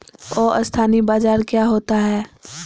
अस्थानी बाजार क्या होता है?